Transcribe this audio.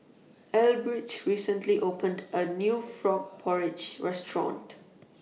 Elbridge recently opened A New Frog Porridge Restaurant